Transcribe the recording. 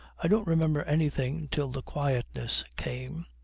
i don't remember anything till the quietness came.